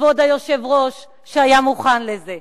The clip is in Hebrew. כבוד היושב-ראש, שהיה מוכן לזה.